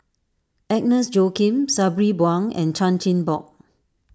Agnes Joaquim Sabri Buang and Chan Chin Bock